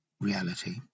reality